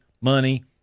money